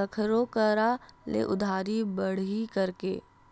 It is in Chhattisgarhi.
कखरो करा ले उधारी बाड़ही करके